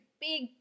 big